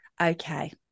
Okay